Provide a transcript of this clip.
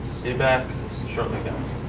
be back shortly guys.